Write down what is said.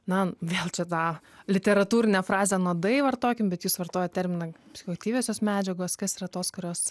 na vėl čia tą literatūrinę frazę nuodai vartokim bet jūs vartojat terminą psichoaktyviosios medžiagos kas yra tos kurios